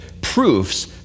proofs